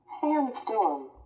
sandstorm